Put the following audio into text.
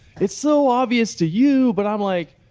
it's so obvious to you, but i'm like,